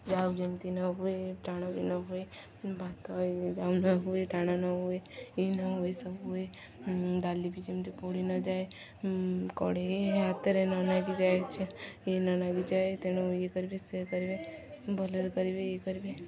ଯାଉ ଯେମିତି ନ ହୁଏ ଟାଣ ବି ନ ହୁଏ ଭାତ ଯାଉ ନ ହୁଏ ଟାଣ ନ ହୁଏ ଇ ନ ହୁଏ ସବୁ ହୁଏ ଡାଲି ବିି ଯେମିତି ପୋଡ଼ି ନଯାଏ ହାତରେ ନ ଲାଗି ଯାଏ ଇ ନ ଲାଗି ଯାଏ ତେଣୁ ଇଏ କରିବେ ସେଏ କରିବେ ଭଲରେ କରିବେ ଇଏ କରିବେ